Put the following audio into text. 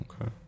Okay